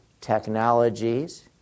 technologies